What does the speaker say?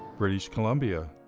british columbia,